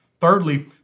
Thirdly